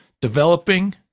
Developing